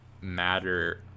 matter